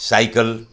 cycle